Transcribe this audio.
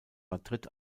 madrid